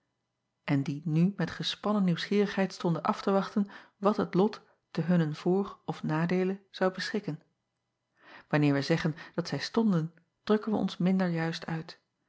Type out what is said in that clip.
en die nu met gespannen nieuwsgierigheid stonden af te wachten wat het lot te hunnen voor of nadeele zou beschikken anneer wij zeggen dat zij stonden drukken wij ons minder juist uit